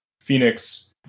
Phoenix